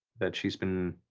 that she's been